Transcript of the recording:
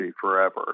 forever